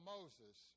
Moses